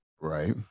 Right